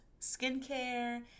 skincare